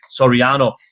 Soriano